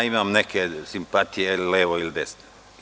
Imam neke simpatije levo ili desno.